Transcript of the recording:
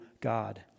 God